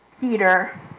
Peter